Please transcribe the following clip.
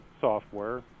software